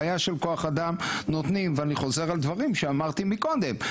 בעיה של כוח אדם נותנים ואני חוזר על דברים שאמרתי מקודם,